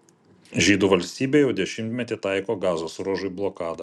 žydų valstybė jau dešimtmetį taiko gazos ruožui blokadą